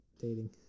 dating